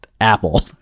Apple